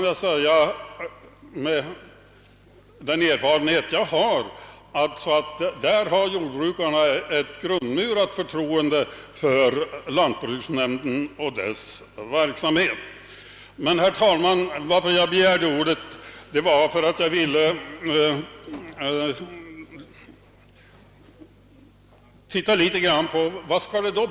Jag vet av erfarenhet att jordbrukarna i mitt hemlän har ett grundmurat förtroende för lantbruksnämnden och dess verksamhet. Vad skall det då bli av hushållningssällskapen i fortsättningen?